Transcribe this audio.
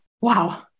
Wow